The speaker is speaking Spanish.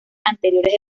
anteriores